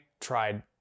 tried